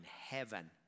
heaven